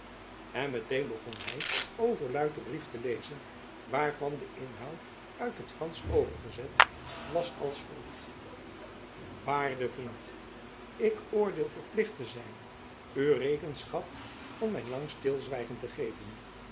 en met-een begon hy overluid den brief te lezen waarvan de inhoud uit het fransch overgezet was als volgt waarde vriend ik oordeel verplicht te zijn u rekenschap van mijn lang stilzwijgen te geven